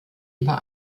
über